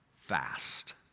fast